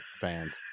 fans